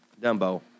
Dumbo